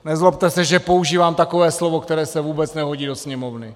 Nezlobte se, že používám takové slovo, které se vůbec nehodí do Sněmovny.